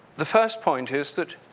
the first point is that,